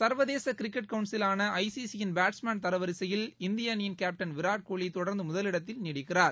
சர்வதேச கிரிக்கெட் கவுன்சிலான ஐ C C யின் batsman தரவரிசையில் இந்திய அணி கேப்டன் விராட்கோலி தொடர்ந்து முதலிடத்தில் நீடிக்கிறார்